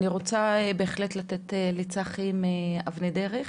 אני רוצה לתת לצחי מ'אבני דרך'.